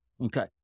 Okay